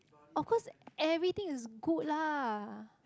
of course everything is good lah